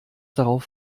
darauf